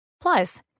Plus